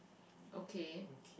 okay